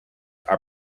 are